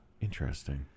Interesting